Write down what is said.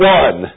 one